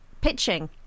pitching